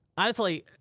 honestly,